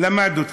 למד אתכם.